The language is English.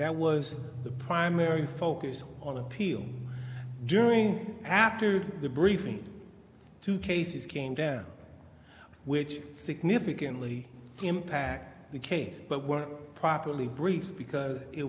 that was the primary focus on appeal during after the briefing two cases came down which significantly impact the case but were properly briefed because it